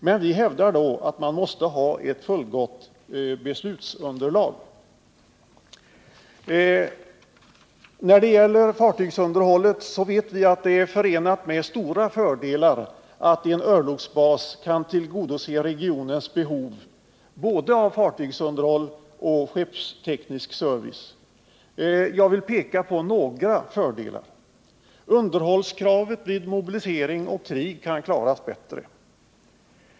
Men vi hävdar då att man måste ha ett fullgott beslutsunderlag. När det gäller fartygsunderhållet vet vi att det är förenat med stora fördelar att en örlogsbas kan tillgodose regionens behov både av fartygsunderhåll och skeppsteknisk service. Jag vill peka på några fördelar. Underhållskravet vid mobilisering och krig kan klaras bättre.